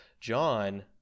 John